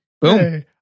Boom